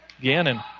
gannon